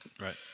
Right